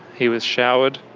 he was showered,